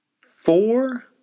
four